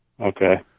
Okay